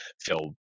feel